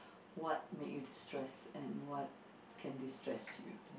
what make you stressed and what can destress you